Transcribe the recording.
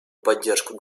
поддержку